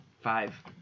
Five